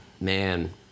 Man